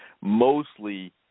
Mostly